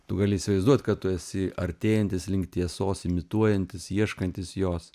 tu gali įsivaizduot kad tu esi artėjantis link tiesos imituojantis ieškantis jos